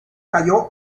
cayó